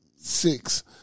six